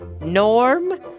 Norm